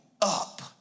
up